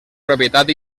propietat